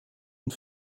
und